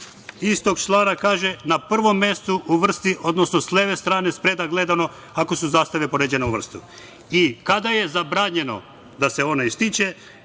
istog člana kaže – na prvom mestu uvrsti, odnosno sa leve strane spreda gledano ako su zastave poređane u vrstu. I kada je zabranjeno da se ona ističe